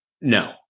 No